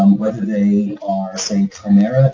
um whether they are say, primarily